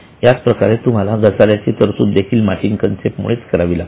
याच प्रकारे तुम्हाला घसार्याची तरतूद देखील मॅचींग कन्सेप्ट मुळेच करावी लागते